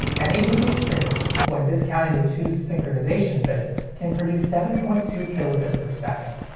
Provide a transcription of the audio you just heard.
and each of these streams, when discounting the two synchronization bits, can produce seven point two kilobits per second.